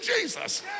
Jesus